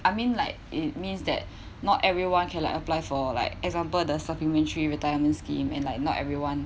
I mean like it means that not everyone can like apply for like example the supplementary retirement scheme and like not everyone